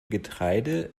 getreide